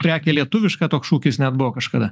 prekę lietuvišką toks šūkis net buvo kažkada